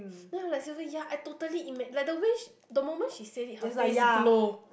then I'm like Sylvia ya I totally ima~ like the way she the moment she said it her face glow